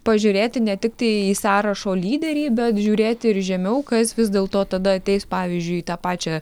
pažiūrėti ne tiktai į sąrašo lyderį bet žiūrėti ir žemiau kas vis dėlto tada ateis pavyzdžiui į tą pačią